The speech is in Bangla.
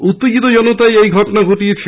উত্তেজিত জনতা এই ঘটনা ঘটিয়েছে